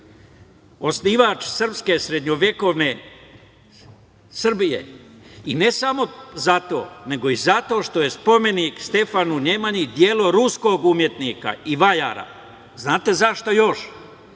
osnivač srpske srednjovekovne Srbije. I ne samo zato, nego i zato što je spomenik Stefanu Nemanji delo ruskog umetnika i vajara. Znate zašto još?